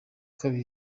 kabiri